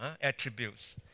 attributes